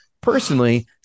Personally